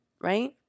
right